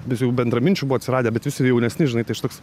bet jau bendraminčių buvo atsiradę bet visi jaunesni žinai tai aš toks